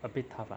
a bit tough lah